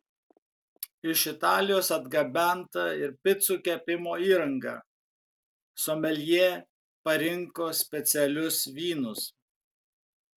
iš italijos atgabenta ir picų kepimo įranga someljė parinko specialius vynus